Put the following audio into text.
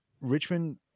Richmond